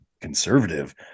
conservative